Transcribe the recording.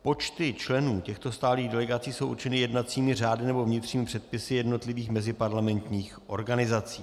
Počty členů těchto stálých delegací jsou určeny jednacími řády nebo vnitřními předpisy jednotlivých meziparlamentních organizací.